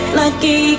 lucky